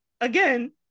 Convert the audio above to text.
again